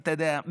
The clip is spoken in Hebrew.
אתה יודע,